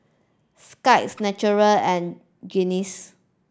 Skittles Naturel and Guinness